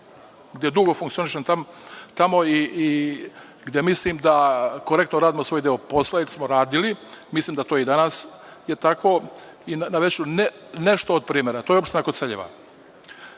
gde dugo funkcionišem i gde mislim da korektno radimo svoj deo posla, jer smo radili, mislim da je i danas tako. Navešću nešto od primera. To je opština Koceljeva.